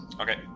okay